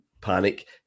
panic